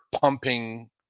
pumping